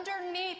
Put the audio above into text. underneath